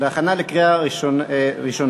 להכנה לקריאה ראשונה.